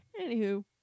Anywho